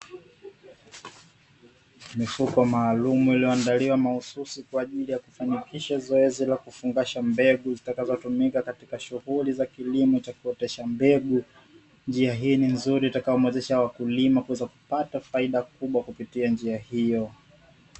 Mifugo maalumu iliyoandaliwa kwa ajili ya zoezi la kukusanya mbegu zitakazo tumika kwa ajili ya kilimo kitakacho otesha mbegu, njia hii ni nzuri itakayomwezesha mkulima kupata faida kubwa kupitia njia hiyo.